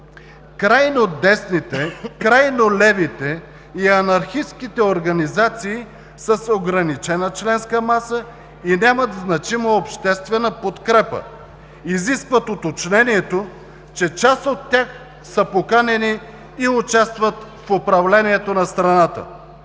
крайнодесните, крайнолевите и анархистките организации са с ограничена членска маса и нямат значима обществена подкрепа, изискват уточнението, че част от тях са поканени и участват в управлението на страната,